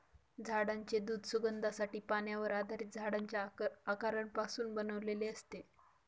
झाडांचे दूध सुगंधासाठी, पाण्यावर आधारित झाडांच्या अर्कापासून बनवलेले असते